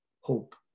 hope